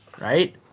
right